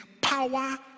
power